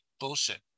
bullshit